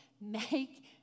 make